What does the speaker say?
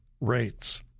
rates